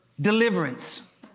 deliverance